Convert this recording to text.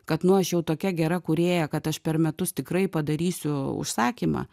kad nu aš jau tokia gera kūrėja kad aš per metus tikrai padarysiu užsakymą